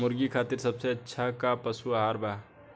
मुर्गा खातिर सबसे अच्छा का पशु आहार बा?